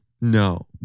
No